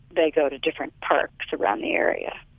they go to different parks around the area.